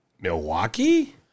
Milwaukee